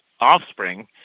offspring